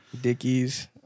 Dickies